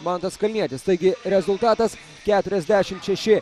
mantas kalnietis taigi rezultatas keturiasdešimt šeši